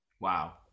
Wow